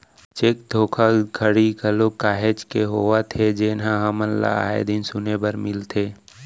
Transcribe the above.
cheque धोखाघड़ी घलोक काहेच के होवत हे जेनहा हमन ल आय दिन सुने बर मिलथे